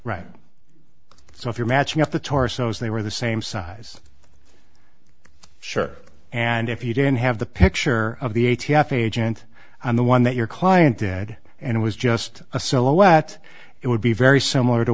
right so if you're matching up the torso as they were the same size sure and if you didn't have the picture of the a t f agent and the one that your client did and it was just a solo at it would be very similar to